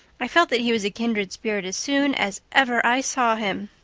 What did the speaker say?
i felt that he was a kindred spirit as soon as ever i saw him.